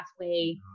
pathway